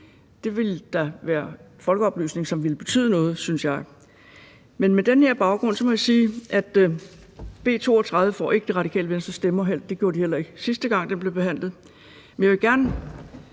Det ville da være folkeoplysning, som ville betyde noget, synes jeg. Men på den her baggrund må jeg sige, at B 32 ikke får Det Radikale Venstres stemmer. Det gjorde det heller ikke, da det sidste gang blev behandlet som B 68. Men jeg vil gerne